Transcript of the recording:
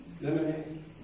Lemonade